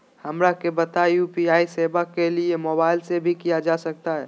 हमरा के बताइए यू.पी.आई सेवा के लिए मोबाइल से भी किया जा सकता है?